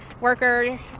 worker